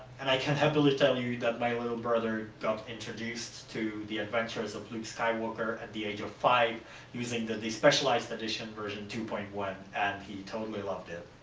and i can happily tell you that my little brother got introduced to the adventures of luke skywalker at the age of five using the despecialized edition v two point one, and he totally loved it.